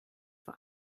vor